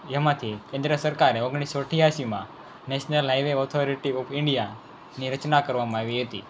એમાંથી કેન્દ્ર સરકારે ઓગણીસો અઠ્યાસીમાં નેશનલ હાઈવે ઓથોરિટી ઓફ ઇન્ડિયાની રચના કરવામાં આવી હતી